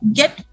get